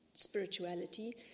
spirituality